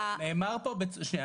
נאמר פה, שנייה.